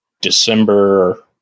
december